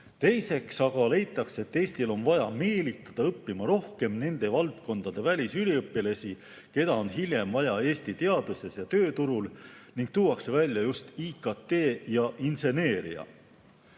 Teiseks aga leitakse, et Eestil on vaja meelitada siia õppima rohkem nende valdkondade välisüliõpilasi, keda on hiljem vaja Eesti teaduses ja tööturul. Tuuakse välja just IKT ja inseneeria.